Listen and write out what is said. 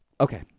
Okay